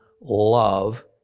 love